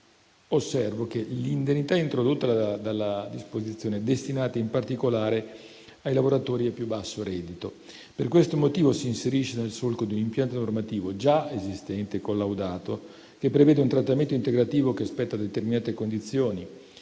Osservo che l'indennità introdotta dalla disposizione è destinata, in particolare, ai lavoratori a più basso reddito. Per questo motivo, si inserisce nel solco di un impianto normativo già esistente e collaudato; prevede un trattamento integrativo che spetta a determinate condizioni